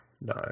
no